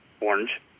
orange